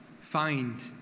find